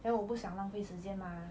then 我不想浪费时间 mah